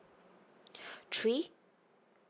three